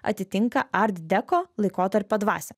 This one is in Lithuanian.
atitinka art deko laikotarpio dvasią